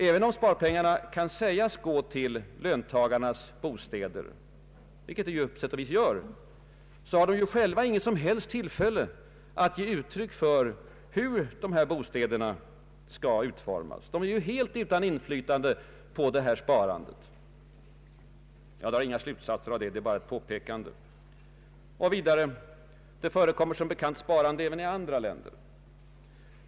Även om sparpengarna kan sägas gå till löntagarnas bostäder, vilket de på sätt och vis gör, har de själva inget som helst tillfälle att uttrycka sin uppfattning om hur dessa bostäder skall utformas. De är ju helt utan inflytande på detta sparande. Jag drar inga slutsatser av det. Det är bara ett påpekande. Vidare förekommer det som bekant sparande även i andra länder.